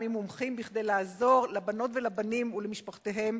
ממומחים כדי לעזור לבנות ולבנים ולמשפחותיהם,